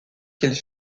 qu’elle